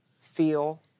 feel